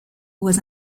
was